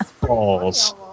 Balls